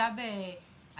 כל